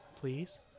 Please